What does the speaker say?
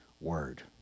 word